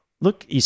Look